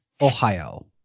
Ohio